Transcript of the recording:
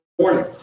morning